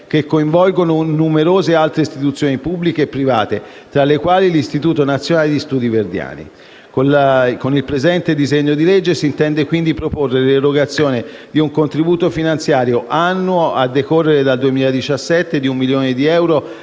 che coinvolgono numerose altre istituzioni pubbliche e private, tra le quali l'Istituto nazionale di studi verdiani. Con il presente disegno di legge si intende quindi proporre l'erogazione di un contributo finanziario annuo, a decorrere dal 2017, di un milione di euro